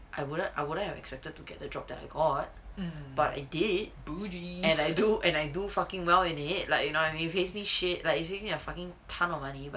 I wouldn't I wouldn't have expected to get the job that I got but it did I do and I do fucking well in it like you know it pays me shit like it pays me a fucking tonne of money but